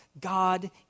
God